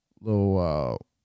little